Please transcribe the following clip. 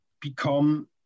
become